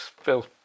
Phil